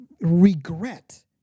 regret